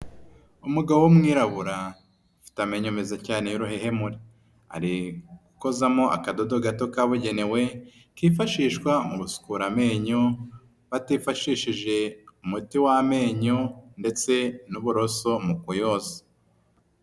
Umugabo w'umwirabura, ufite amenyo meza cyane y'uruhehemure, ari gukozamo akadodo gato kabugenewe, kifashishwa mu gusukura amenyo, batifashishije umuti w'amenyo ndetse n'uburoso mu koyoza.